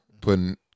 putting